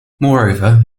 moreover